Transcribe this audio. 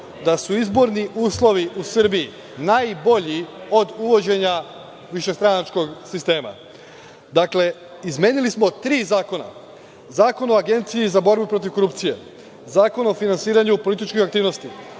da su izborni uslovi u Srbiji najbolji od uvođenja višestranačkog sistema. Dakle, izmenili smo tri zakona, Zakon o Agenciji za borbu protiv korupcije, Zakon o finansiranju političkih aktivnosti,